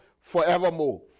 forevermore